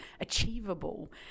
achievable